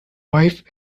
wife